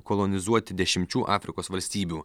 kolonizuoti dešimčių afrikos valstybių